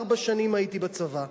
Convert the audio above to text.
ארבע שנים הייתי בצבא,